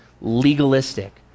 legalistic